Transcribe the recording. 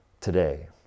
today